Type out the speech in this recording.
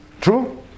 True